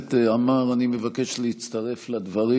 הכנסת עמאר, אני מבקש להצטרף לדברים.